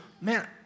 man